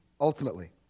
ultimately